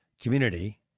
community